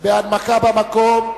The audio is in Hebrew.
של חבר הכנסת משה גפני, בהנמקה מהמקום.